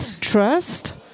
trust